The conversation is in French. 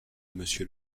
monsieur